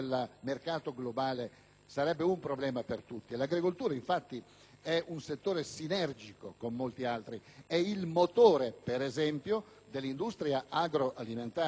sarebbe un problema per tutti. L'agricoltura, infatti, è un settore sinergico con molti altri. È il motore, per esempio, dell'industria agroalimentare di cui stiamo parlando,